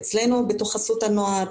אצלנו בתוך חסות הנוער,